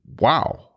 Wow